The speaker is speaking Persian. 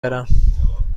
برم